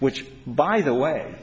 which by the way